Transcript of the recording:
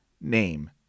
name